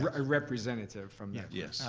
but ah representative from? yeah yes, yeah